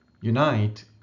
Unite